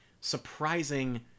surprising